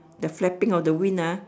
the flapping of the wing ah